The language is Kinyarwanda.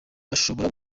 ashobora